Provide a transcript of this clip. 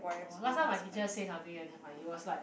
orh last time my teacher say something and damn funny it was like